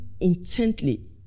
intently